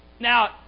Now